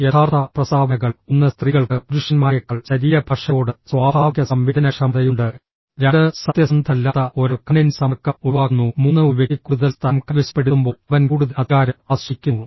യഥാർത്ഥ പ്രസ്താവനകൾ 1 സ്ത്രീകൾക്ക് പുരുഷന്മാരേക്കാൾ ശരീരഭാഷയോട് സ്വാഭാവിക സംവേദനക്ഷമതയുണ്ട് 2 സത്യസന്ധനല്ലാത്ത ഒരാൾ കണ്ണിൻറെ സമ്പർക്കം ഒഴിവാക്കുന്നു 3 ഒരു വ്യക്തി കൂടുതൽ സ്ഥലം കൈവശപ്പെടുത്തുമ്പോൾ അവൻ കൂടുതൽ അധികാരം ആസ്വദിക്കുന്നു